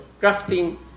crafting